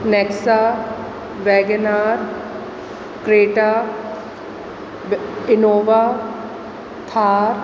Nexa WagonR Creta Innova Thar